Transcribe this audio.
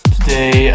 Today